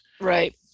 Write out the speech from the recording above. Right